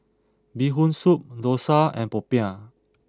Bee Hoon Soup Dosa and Popiah